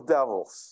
devils